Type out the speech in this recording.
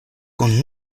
kun